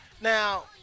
Now